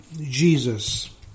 Jesus